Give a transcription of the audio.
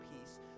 peace